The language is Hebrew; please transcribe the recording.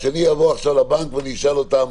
כשיבוא עכשיו מישהו לבנק והוא ישאל אותם,